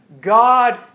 God